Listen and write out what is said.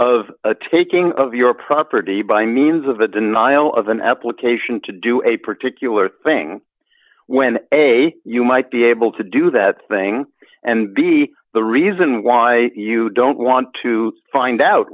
of the taking of your property by means of a denial of an application to do a particular thing when a you might be able to do that thing and be the reason why you don't want to find out